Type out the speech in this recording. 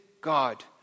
God